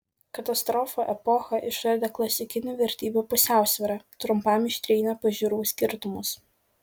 katastrofų epocha išardė klasikinių vertybių pusiausvyrą trumpam ištrynė pažiūrų skirtumus